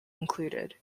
included